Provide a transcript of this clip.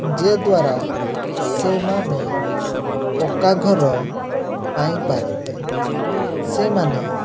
ଯେଦ୍ୱାରା ସେମାନେ ପକ୍କାଘର ପାଇଁ ପାରନ୍ତି ସେମାନେ